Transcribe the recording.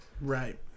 Right